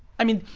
i mean,